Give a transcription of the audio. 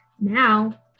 Now